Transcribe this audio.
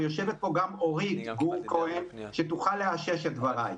ויושבת כאן גם אורית גור כהן שתוכל לאשש את דבריי.